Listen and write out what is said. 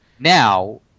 now